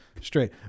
straight